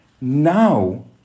now